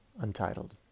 Untitled